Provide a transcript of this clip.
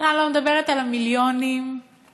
אני לא מדברת על המיליונים שמתבזבזים.